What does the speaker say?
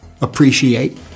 appreciate